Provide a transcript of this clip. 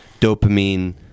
dopamine